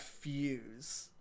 fuse